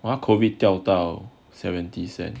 好像 COVID 掉到 seventy cents